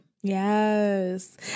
Yes